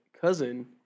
cousin